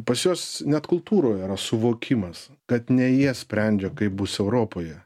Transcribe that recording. pas juos net kultūroj yra suvokimas kad ne jie sprendžia kaip bus europoje